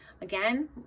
again